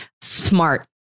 smart